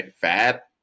Fat